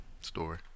Story